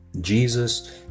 Jesus